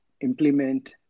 implement